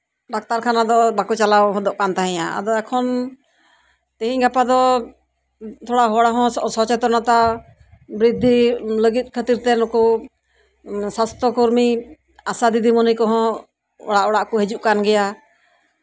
doctor ᱠᱷᱟᱱᱟ ᱫᱚ ᱵᱟᱠᱚ ᱪᱟᱞᱟᱣ ᱦᱚᱫᱚᱜ ᱠᱟᱱ ᱛᱟᱸᱦᱮᱱᱟ ᱟᱫᱚ ᱮᱠᱷᱚᱱ ᱛᱮᱦᱮᱧ ᱜᱟᱯᱟ ᱫᱚ ᱛᱷᱚᱲᱟ ᱦᱚᱲᱦᱚᱸ ᱥᱚᱪᱮᱛᱚᱱᱚᱛᱟ ᱵᱨᱤᱫᱽᱫᱷᱤ ᱞᱟᱹᱜᱤᱫ ᱠᱷᱟᱹᱛᱤᱨ ᱛᱮ ᱱᱩᱠᱩ ᱥᱟᱥᱛᱷᱚ ᱠᱚᱨᱢᱤ ᱟᱥᱟ ᱫᱤᱫᱤᱢᱚᱱᱤ ᱠᱚᱸᱦᱚ ᱚᱲᱟᱜ ᱚᱲᱟᱜ ᱠᱚ ᱦᱤᱡᱩᱜ ᱠᱟᱱ ᱜᱮᱭᱟ